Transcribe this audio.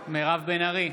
מירב בן ארי,